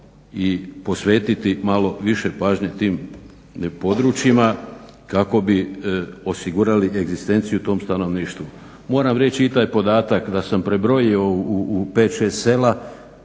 i posvetiti malo više pažnje tim područjima kako bi osigurali egzistenciju tom stanovništvu. Moram reći i taj podatak da sam prebrojio u 5,6 sela